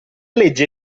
legge